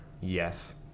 Yes